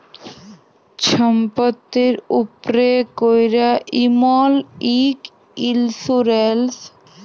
ছম্পত্তির উপ্রে ক্যরা ইমল ইক ইল্সুরেল্স